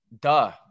Duh